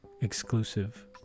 exclusive